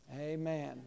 Amen